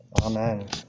Amen